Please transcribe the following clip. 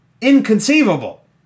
Inconceivable